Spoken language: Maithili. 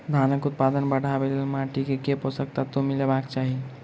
धानक उत्पादन बढ़ाबै लेल माटि मे केँ पोसक तत्व मिलेबाक चाहि?